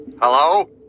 Hello